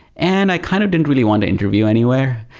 and i kind of didn't really want to interview anywhere.